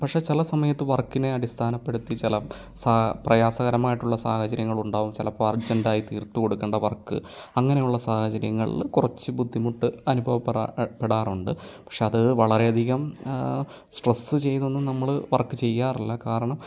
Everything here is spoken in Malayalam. പക്ഷേ ചില സമയത്ത് വർക്കിനെ അടിസ്ഥാനപ്പെടുത്തി ചില സാ പ്രയാസകരമായിട്ടുള്ള സാഹചര്യങ്ങൾ ഉണ്ടാവും ചിലപ്പോൾ അർജൻറ്റായി തീർത്തു കൊടുക്കേണ്ട വർക്ക് അങ്ങനെയുള്ള സാഹചര്യങ്ങളിൽ കുറച്ച് ബുദ്ധിമുട്ട് അനുഭവപ്പെടാറുണ്ട് പക്ഷേ അത് വളരെയധികം സ്ട്രെസ്സ് ചെയ്തൊന്നും നമ്മൾ വർക്ക് ചെയ്യാറില്ല കാരണം